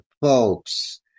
folks